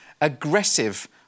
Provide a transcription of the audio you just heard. Aggressive